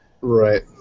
Right